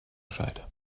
scheide